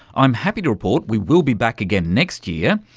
i'm happy to report we will be back again next year.